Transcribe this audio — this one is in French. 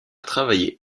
travaillé